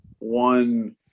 One